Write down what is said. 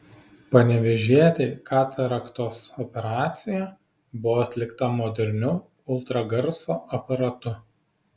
panevėžietei kataraktos operacija buvo atlikta moderniu ultragarso aparatu